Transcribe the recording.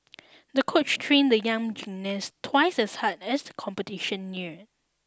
the coach trained the young gymnast twice as hard as the competition neared